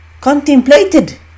contemplated